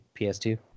PS2